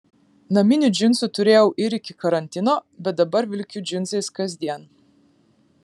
naminių džinsų turėjau ir iki karantino bet dabar vilkiu džinsais kasdien